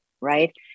right